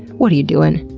what are you doing!